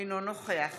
אינו נוכח